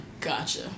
Gotcha